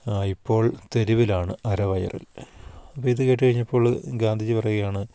ഇപ്പോൾ തെരുവിലാണ് അരവയറിൽ ഇപ്പിത് കേട്ട് കഴിഞ്ഞപ്പോൾ ഗാന്ധിജി പറയുകയാണ്